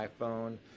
iPhone